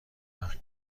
وقت